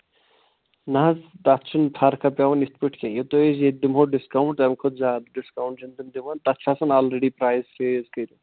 نہ حظ تَتھ چھِنہٕ فرقہ پٮ۪وان یِتھ پٲٹھۍ کیٚنہہ یہِ تۄہہِ أسۍ ییٚتہِ دِمہو ڈِسکاوُنٛٹ تَمہِ کھۄتہٕ زیادٕ ڈِسکاوُنٛٹ چھِنہٕ تِم دِوان تَتھ چھِ آسان آلرٔڈی پرٛایِس فرٛیٖز کٔرِتھ